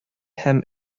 һәм